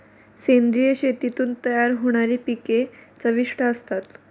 सेंद्रिय शेतीतून तयार होणारी पिके चविष्ट असतात